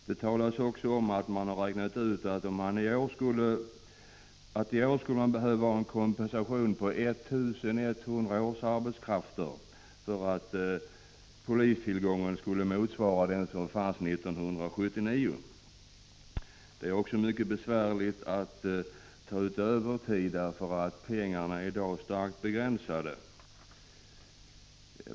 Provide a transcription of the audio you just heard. Det talas också om att man räknat ut att man i år skulle behöva en kompensation med 1 100 årsarbetskrafter för att polistillgången skulle motsvara den som fanns 1979. Det är mycket besvärligt att ta ut kontant ersättning för övertid, eftersom penninganslaget i dag är starkt begränsat.